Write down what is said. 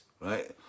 right